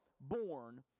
born